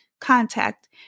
contact